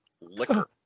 Liquor